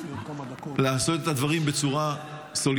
אני רוצה לחזק את ידיך לעשות את הדברים בצורה סולידרית.